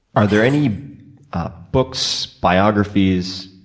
are there any books, biographies,